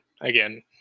again